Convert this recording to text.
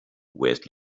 waste